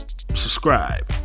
subscribe